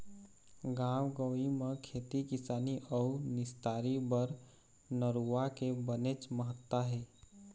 गाँव गंवई म खेती किसानी अउ निस्तारी बर नरूवा के बनेच महत्ता हे